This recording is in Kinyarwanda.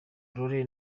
aurore